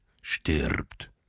stirbt